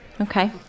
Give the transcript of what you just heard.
Okay